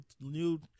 new